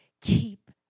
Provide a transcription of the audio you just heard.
keep